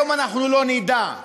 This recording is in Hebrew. היום אנחנו לא נדע,